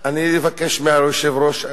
אני אבקש מהיושב-ראש.